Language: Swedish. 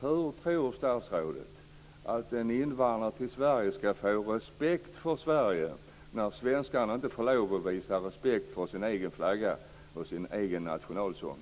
Hur tror statsrådet att en invandrare i Sverige skall få respekt för Sverige när svenskarna inte får lov att visa respekt för sin egen flagga och sin egen nationalsång?